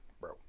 bro